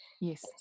Yes